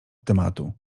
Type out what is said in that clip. tematu